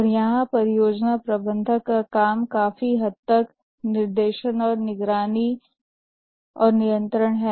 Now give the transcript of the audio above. और यहां परियोजना प्रबंधक का काम काफी हद तक निर्देशन निगरानी और नियंत्रण है